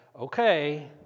okay